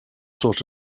sort